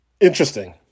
Interesting